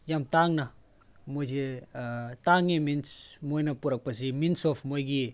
ꯌꯥꯝ ꯇꯥꯡꯅ ꯃꯣꯏꯁꯦ ꯇꯥꯡꯉꯦ ꯃꯤꯟꯁ ꯃꯣꯏꯅ ꯄꯣꯔꯛꯄꯁꯦ ꯃꯤꯟꯁ ꯑꯣꯐ ꯃꯣꯏꯒꯤ